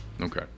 Okay